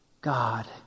God